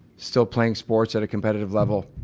still playing sports at a competitive level.